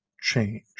change